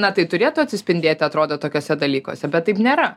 na tai turėtų atsispindėt atrodo tokiuose dalykuose bet taip nėra